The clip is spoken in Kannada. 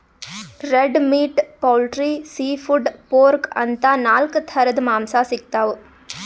red meat, poultry, seafood, pork ಅಂತಾ ನಾಲ್ಕ್ ಥರದ್ ಮಾಂಸಾ ಸಿಗ್ತವ್